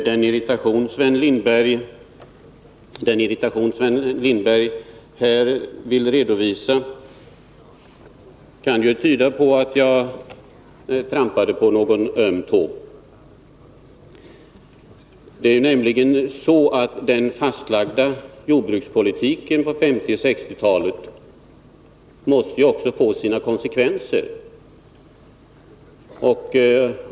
Herr talman! Den irritation Sven Lindberg vill redovisa här kan tyda på att jag trampade på någon öm tå. Det är nämligen så att den jordbrukspolitik som lades fast på 1950 och 1960-talen också måste få sina konsekvenser.